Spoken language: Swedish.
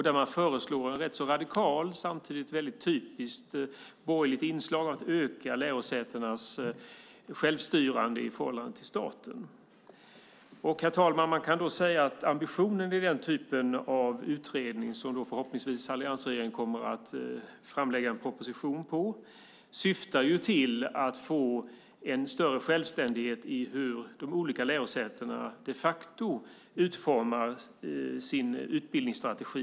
Där föreslår man ett rätt så radikalt men samtidigt rätt typiskt borgerligt inslag att öka lärosätenas självstyre i förhållande till staten. Herr talman! Ambitionen i denna typ av utredning, som förhoppningsvis alliansregeringen kommer att framlägga en proposition på grundval av, är att få en större självständighet i hur de olika lärosätena de facto utformar sin utbildningsstrategi.